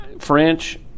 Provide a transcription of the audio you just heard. French